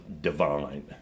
divine